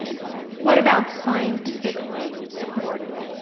what about scientifically supported?